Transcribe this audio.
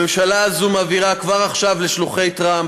הממשלה הזו מבהירה כבר עכשיו לשלוחי טראמפ: